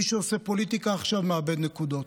מי שעושה פוליטיקה עכשיו מאבד נקודות.